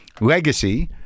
legacy